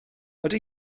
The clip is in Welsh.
ydy